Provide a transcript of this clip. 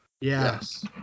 Yes